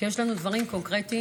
שיש לנו דברים קונקרטיים,